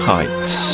Heights